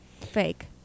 Fake